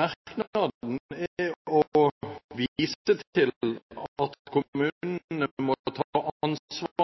merknaden, er å vise til at kommunene må ta ansvar